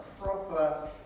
proper